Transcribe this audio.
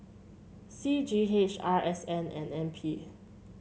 C G H R S N and N P